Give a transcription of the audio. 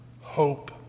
hope